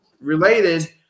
related